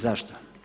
Zašto?